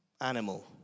animal